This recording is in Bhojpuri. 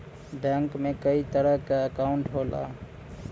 बैंक में कई तरे क अंकाउट होला